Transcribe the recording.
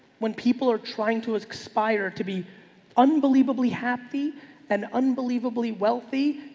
when people are trying to aspire to be unbelievably happy and unbelievably wealthy,